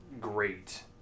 great